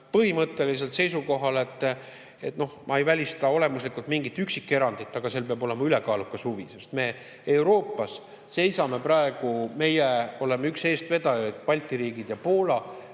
põhimõtteliselt seisukohal, et ma ei välista olemuslikult mingit üksikerandit, aga seal peab olema ülekaalukas huvi, sest me Euroopas seisame praegu [selle eest], meie oleme üks eestvedajaid, Balti riigid ja Poola,